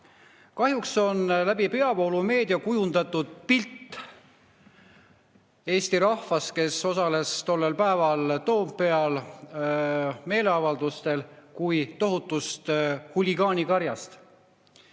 Kahjuks on läbi peavoolumeedia kujundatud pilt Eesti rahvast, kes osales tollel päeval Toompeal meeleavaldustel, kui tohutust huligaanikarjast,